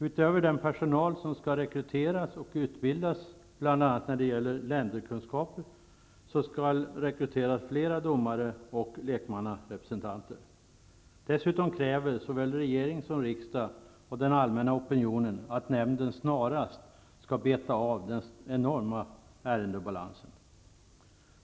Utöver den personal som skall rekryteras och utbildas, bl.a. när det gäller länderkunskaper, skall flera domare och lekmannarepresentanter rekryteras. Dessutom kräver såväl regering som riksdag och den allmänna opinionen att nämnden snarast skall beta av den enorma ärendebalansen.